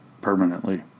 Permanently